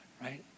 Right